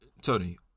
tony